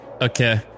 okay